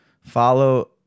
follow